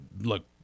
look